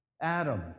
Adam